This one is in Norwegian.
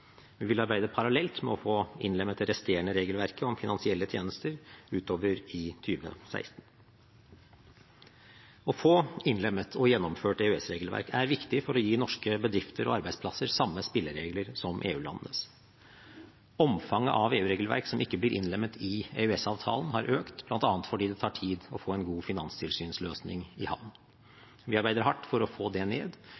Vi vil arbeide parallelt med å få innlemmet det resterende regelverket om finansielle tjenester utover i 2016. Å få innlemmet og gjennomført EØS-regelverk er viktig for å gi norske bedrifter og arbeidsplasser samme spilleregler som EU-landenes. Omfanget av EU-regelverk som ikke blir innlemmet i EØS-avtalen, har økt, bl.a. fordi det tar tid å få en god finanstilsynsløsning i havn. Vi arbeider hardt for å få det ned,